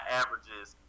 averages